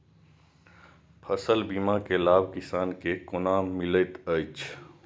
फसल बीमा के लाभ किसान के कोना मिलेत अछि?